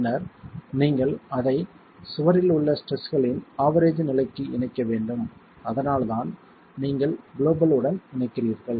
பின்னர் நீங்கள் அதை சுவரில் உள்ள ஸ்ட்ரெஸ்களின் ஆவெரேஜ் நிலைக்கு இணைக்க வேண்டும் அதனால்தான் நீங்கள் குளோபல் உடன் இணைக்கிறீர்கள்